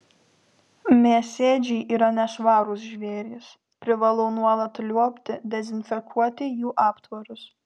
mėsėdžiai yra nešvarūs žvėrys privalau nuolat liuobti dezinfekuoti jų aptvarus